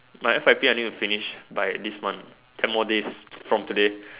my F_Y_P I need to finish by this month ten more days from today